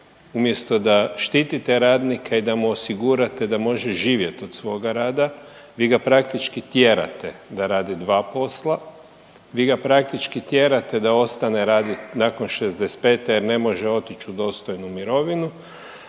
umjesto da štitite radnike i da mu osigurate da može živjeti od svoga rada vi ga praktički tjerate da radi dva posla, vi ga praktički tjerate da ostane raditi nakon 65 jer ne može otići u dostojnu mirovinu.